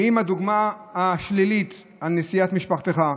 האם הדוגמה השלילית על נסיעת משפחתך,